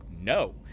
no